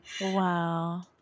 Wow